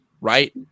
right